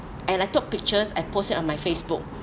and I took pictures I post it on my facebook